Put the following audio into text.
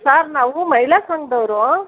sir ನಾವು ಮಹಿಳಾ ಸಂಘದವ್ರು